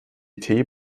der